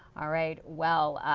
all right. well,